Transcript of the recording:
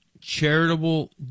charitable